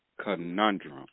Conundrum